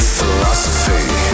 Philosophy